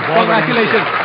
Congratulations